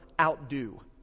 outdo